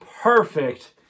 perfect